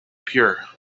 pure